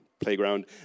playground